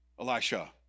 Elisha